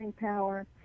power